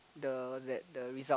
the that the result